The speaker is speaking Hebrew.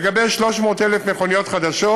לגבי 300,000 מכוניות חדשות,